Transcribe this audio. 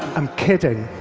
i'm kidding.